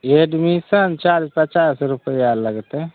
admission charge पचास रुपैआ लगतइ